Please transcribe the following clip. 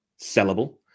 sellable